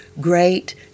great